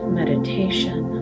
meditation